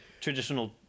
traditional